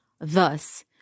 Thus